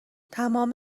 تمام